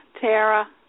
Tara